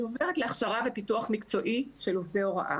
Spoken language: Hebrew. אני עוברת להכשרה ופיתוח מקצועי של עובדי הוראה.